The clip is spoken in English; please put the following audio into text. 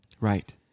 Right